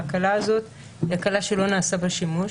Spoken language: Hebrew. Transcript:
ההקלה הזאת היא הקלה שלא נעשה בה שימוש.